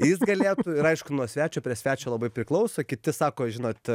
jis galėtų ir aišku nuo svečio prie svečio labai priklauso kiti sako žinot